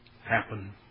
happen